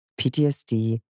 PTSD